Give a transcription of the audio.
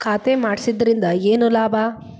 ಖಾತೆ ಮಾಡಿಸಿದ್ದರಿಂದ ಏನು ಲಾಭ?